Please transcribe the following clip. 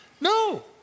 No